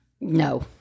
no